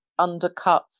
undercuts